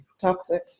Toxic